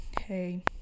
hey